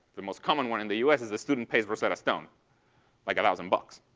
the most common one in the us, is the student pays rosetta stone like a thousand bucks.